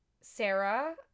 Sarah